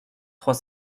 trois